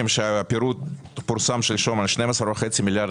לא לדבר.